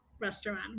restaurant